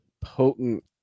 potent